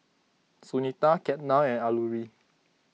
Sunita Ketna and Alluri